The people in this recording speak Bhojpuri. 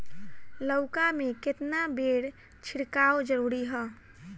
लउका में केतना बेर छिड़काव जरूरी ह?